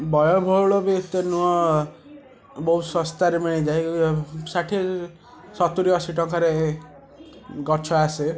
ବ୍ୟୟବହୁଳ ବି ଏତେ ନୁହେଁ ବହୁ ଶସ୍ତାରେ ମିଳିଯାଏ ଷାଠିଏ ସତୁରୀ ଅଶୀ ଟଙ୍କାରେ ଗଛ ଆସେ